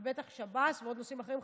ובטח שב"ס ועוד נושאים אחרים,